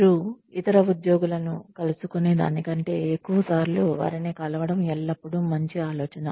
మీరు ఇతర ఉద్యోగులను కలుసుకునే దానికంటే ఎక్కువసార్లు వారిని కలవడం ఎల్లప్పుడూ మంచి ఆలోచన